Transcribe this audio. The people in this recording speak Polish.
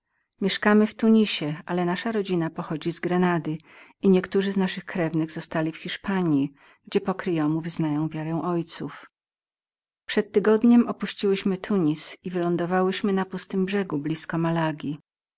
mieszkamy w tunis ale nasza rodzina pochodzi z grenady i niektórzy z naszych krewnych zostali w hiszpanji gdzie pokryjomu wyznają wiarę ojców ośm dni temu jak opuściłyśmy tunis i wylądowałyśmy na pustym brzegu blizko malagi